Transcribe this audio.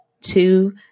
Two